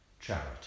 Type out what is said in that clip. charity